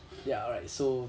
ya alright so